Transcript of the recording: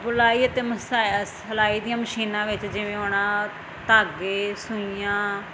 ਬੁਣਾਈ ਅਤੇ ਮਸਾਏਸ ਸਿਲਾਈ ਦੀਆਂ ਮਸ਼ੀਨਾਂ ਵਿੱਚ ਜਿਵੇਂ ਹੁਣ ਇਹ ਧਾਗੇ ਸੂਈਆਂ